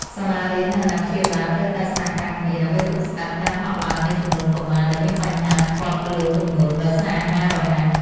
សាលារៀន និងអាណាព្យាបាលត្រូវតែសហការគ្នា ដើម្បីទប់ស្កាត់ការហក់ឡើងនៃចំនួនកុមារដែលមានបញ្ហាធាត់លើសទម្ងន់ដោយសារអាហាររហ័ស។